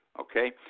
okay